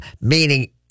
meaning